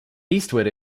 eastward